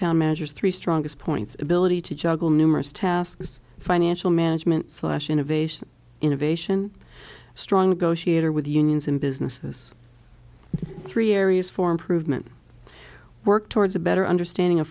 measures three strongest points ability to juggle numerous tasks financial management slash innovation innovation strong go sheet or with the unions in businesses three areas for improvement work towards a better understanding of